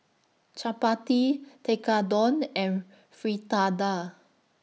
Chapati Tekkadon and Fritada